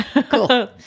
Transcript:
Cool